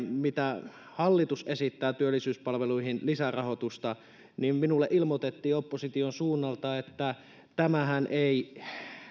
mitä hallitus esittää työllisyyspalveluihin lisärahoitusta niin minulle ilmoitettiin opposition suunnalta että tämähän ei